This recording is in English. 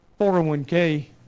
401K